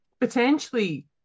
Potentially